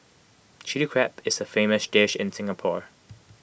Chilli Crab is A famous dish in Singapore